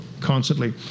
constantly